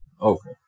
Okay